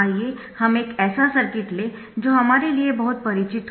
आइए हम एक ऐसा सर्किट लें जो हमारे लिए बहुत परिचित हो